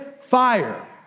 fire